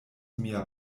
mia